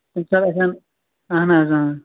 کُنہِ ساتہٕ آسان اَہَن حظ